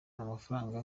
amafaranga